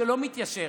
שלא מתיישר.